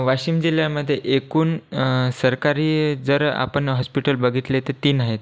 वाशिम जिल्ह्यामध्ये एकूण सरकारी जर आपण हॉस्पिटल बघितले तर तीन आहेत